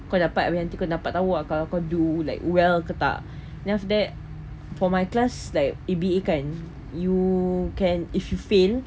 kau dapat when nanti kau dapat tahu ah kau do like well ke tak then after that for my class like E_B_A kan you can if you fail